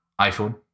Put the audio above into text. iPhone